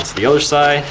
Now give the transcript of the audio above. the other side.